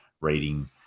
reading